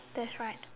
that's right